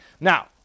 Now